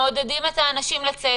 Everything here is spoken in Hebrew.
מעודדים את האנשים לצאת.